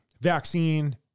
vaccine